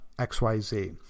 XYZ